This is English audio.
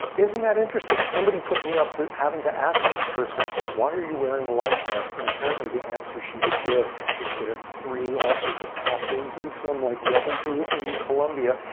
isn't that interesting? somebody put me up to having to ask this person, why are you wearing a life vest? and apparently the answer she would give was going to free all sorts of captives in some like rebel group in colombia.